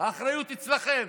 האחריות אצלכם.